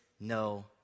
no